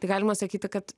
tai galima sakyti kad